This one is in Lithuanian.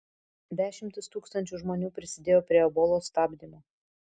dešimtys tūkstančių žmonių prisidėjo prie ebolos stabdymo